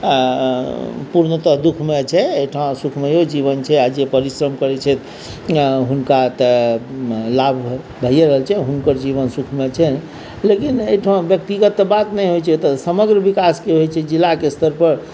पूर्णतः दुःखमय छै एहिठाम सुखमयो जीवन छै आओर जे परिश्रम करैत छै हुनका तऽ लाभ भइए रहल छै हुनकर जीवन सुखमय छनि लेकिन एहिठाम व्यक्तिगत तऽ बात नहि होइत छै तऽ समग्र विकासके बात होइत छै जिलाके स्तरपर